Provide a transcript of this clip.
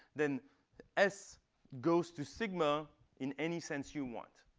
then s goes to sigma in any sense you want.